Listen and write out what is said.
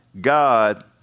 God